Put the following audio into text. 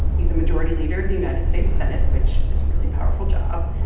he's the majority leader of the united states senate, which is a really powerful job.